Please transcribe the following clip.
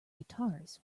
guitars